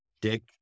Dick